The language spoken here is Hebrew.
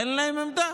אין להם עמדה.